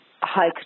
high